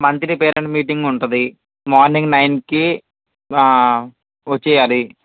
monthly parents meeting ఉంటుంది morning నైన్కి వచ్చేయాలి